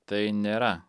tai nėra